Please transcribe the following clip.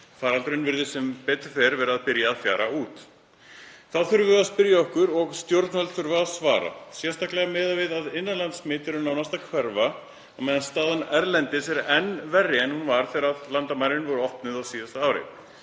Faraldurinn virðist sem betur fer vera að byrja að fjara út. Þá þurfum við að spyrja okkur og stjórnvöld þurfa að svara, sérstaklega miðað við að innanlandssmit eru nánast að hverfa á meðan staðan erlendis er enn verri en hún var þegar landamærin voru opnuð á síðasta ári.